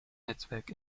netzwerk